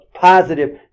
Positive